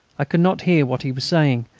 i could not hear what he was saying,